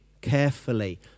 carefully